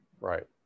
Right